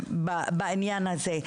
באוכלוסייה בעניין הזה.